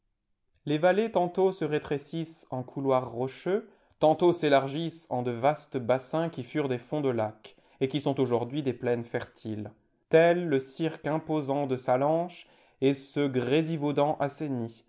les vallées tantôt se rétrécissent en couloirs rocheux tantôt s'élargissent en de vastes bassins qui furent des fonds de lac et qui sont aujourd'hui des plaines fertiles tels le cirque imposant de sallanches et ce graisivaudan assaini